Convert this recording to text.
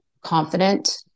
confident